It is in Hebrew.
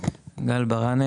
האוצר,